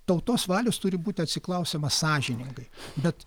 tautos valios turi būti atsiklausiama sąžiningai bet